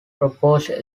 proposed